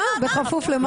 בכפוף למה?